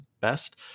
best